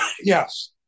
Yes